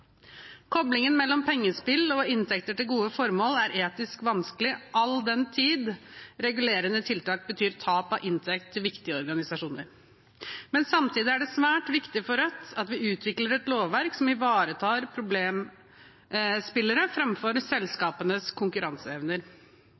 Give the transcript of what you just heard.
Koblingen mellom pengespill og inntekter til gode formål er etisk vanskelig, all den tid regulerende tiltak betyr tap av inntekt til viktige organisasjoner. Men samtidig er det svært viktig for Rødt at vi utvikler et lovverk som ivaretar problemspillere